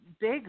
Big